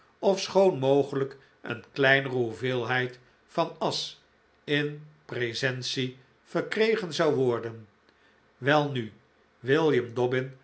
ofschoon mogelijk een kleinere hoeveelheid van as in praesenti verkregen zou worden welnu william dobbin